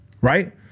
Right